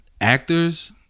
actors